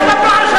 אל תדברו על שלום.